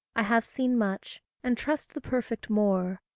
i have seen much, and trust the perfect more,